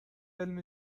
علم